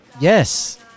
Yes